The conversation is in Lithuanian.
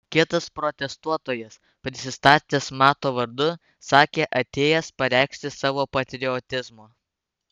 kitas protestuotojas prisistatęs mato vardu sakė atėjęs pareikšti savo patriotizmo